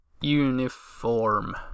uniform